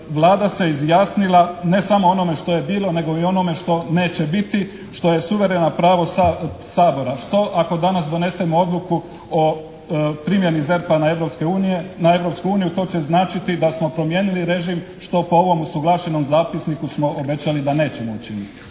Vlada se izjasnila ne samo o onome što je bilo nego i onome što neće biti, što je suvereno pravo Sabora. Što ako danas donesemo odluku o primjeni ZERP-a na Europsku uniju, to će značiti da smo promijenili režim što po ovom usuglašenom zapisniku smo obećali da nećemo učiniti,